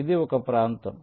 ఇది ఒక ప్రాంతం